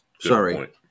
sorry